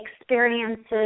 experiences